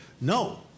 no